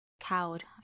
Cowed